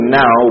now